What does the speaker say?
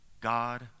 God